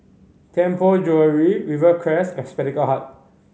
Tianpo Jewellery Rivercrest and Spectacle Hut